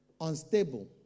unstable